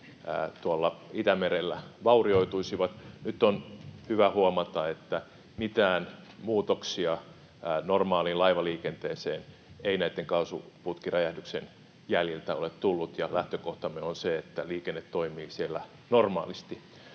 tuolla Itämerellä vaurioituisivat: Nyt on hyvä huomata, että mitään muutoksia normaaliin laivaliikenteeseen ei näitten kaasuputkiräjähdysten jäljiltä ole tullut, ja lähtökohtamme on se, että liikenne toimii siellä normaalisti.